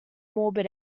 morbid